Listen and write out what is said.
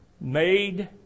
made